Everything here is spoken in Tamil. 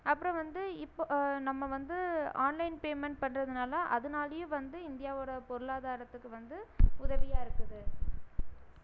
அப்புறம் வந்து இப்போ நம்ம வந்து ஆன்லைன் பேமெண்ட் பண்ணுறதுனால அதனாலேயும் வந்து இந்தியாவோட பொருளாதாரத்துக்கு வந்து உதவியாக இருக்குது